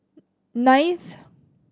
ninth